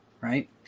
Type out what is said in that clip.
right